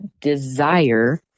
desire